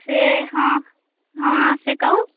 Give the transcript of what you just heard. से हँ से कहु